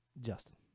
Justin